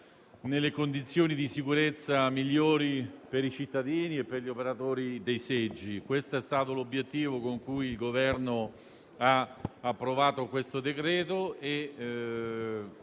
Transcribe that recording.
nelle condizioni di sicurezza migliori per i cittadini e per gli operatori dei seggi. Questo è stato l'obiettivo con cui il Governo ha approvato il decreto,